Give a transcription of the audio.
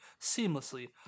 seamlessly